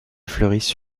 fleurissent